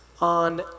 on